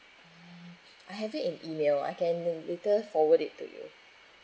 I have it in email I can later forward it to you